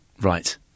Right